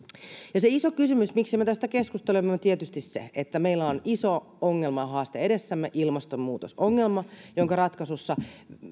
ja se iso kysymys miksi me tästä keskustelemme on tietysti se että meillä on iso ongelma ja haaste edessämme ilmastonmuutos ongelma jonka ratkaisussa